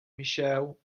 michelle